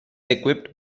equipped